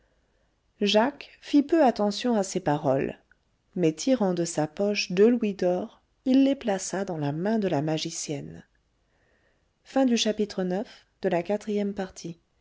jacques fit peu attention à ces paroles mais tirant de sa poche deux louis d'or il les plaça dans la main de la magicienne